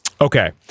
okay